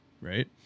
Right